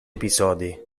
episodi